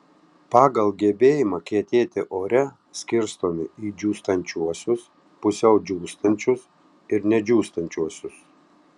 pagal gebėjimą kietėti ore skirstomi į džiūstančiuosius pusiau džiūstančius ir nedžiūstančiuosius